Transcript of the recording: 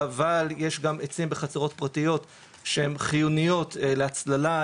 אבל יש גם עצים בחצרות פרטיות שהם חיוניות להצללה.